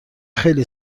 خیلی